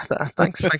thanks